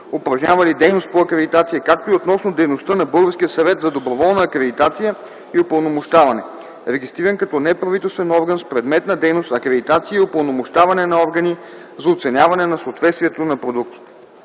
за валидността на издадените досега документи от дейността на Българския съвет за доброволна акредитация и упълномощаване, регистриран като не правителствен орган с предмет на дейност „акредитация и упълномощаване на органи за оценяване на съответствието на продуктите”.